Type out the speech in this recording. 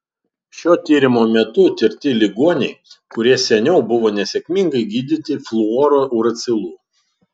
šio tyrimo metu tirti ligoniai kurie seniau buvo nesėkmingai gydyti fluorouracilu